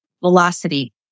Velocity